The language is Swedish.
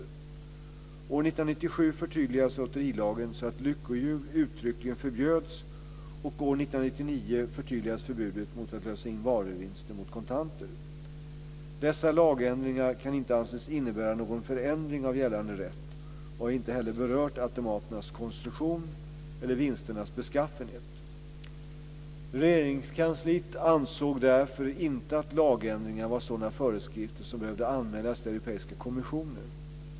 År 1997 förtydligades lotterilagen så att lyckohjul uttryckligen förbjöds och år 1999 förtydligades förbudet mot att lösa in varuvinster mot kontanter. Dessa lagändringar kan inte anses innebära någon förändring av gällande rätt och har inte heller berört automaternas konstruktion eller vinsternas beskaffenhet. Regeringskansliet ansåg därför inte att lagändringarna var sådana föreskrifter som behövde anmälas till Europeiska kommissionen.